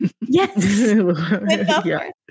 Yes